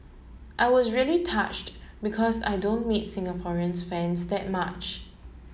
I was really touched because I don't meet Singaporeans fans that much